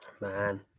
man